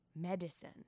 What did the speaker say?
medicine